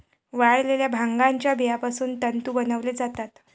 वाळलेल्या भांगाच्या बियापासून तंतू बनवले जातात